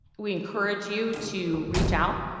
we encourage you to reach out